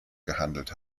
gehandelt